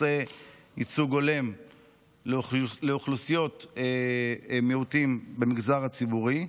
נוספים בנושא ייצוג הולם לאוכלוסיות מיעוטים במגזר הציבורי.